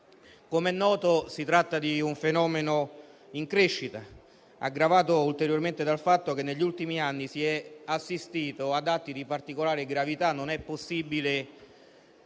Com'è noto, si tratta di un fenomeno in crescita, aggravato ulteriormente dal fatto che, negli ultimi anni, si è assistito ad atti di particolare gravità. Non è possibile